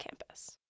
campus